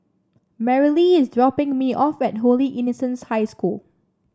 Merrilee is dropping me off at Holy Innocents' High School